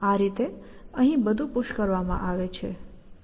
આ રીતે અહીં બધું પુશ કરવામાં આવે છે